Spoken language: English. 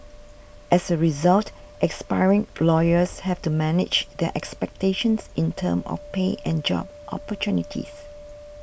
as a result aspiring lawyers have to manage their expectations in terms of pay and job opportunities